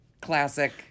Classic